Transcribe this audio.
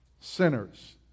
sinners